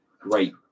great